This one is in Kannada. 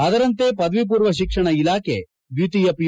ಅದರಂತೆ ಪದವಿಪೂರ್ವ ಶಿಕ್ಷಣ ಇಲಾಖೆ ದ್ವಿಕೀಯ ಪಿ